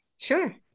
Sure